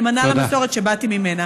נאמנה למסורת שבאתי ממנה.